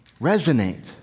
resonate